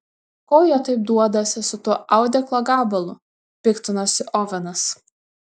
ko jie taip duodasi su tuo audeklo gabalu piktinosi ovenas